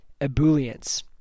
Ebullience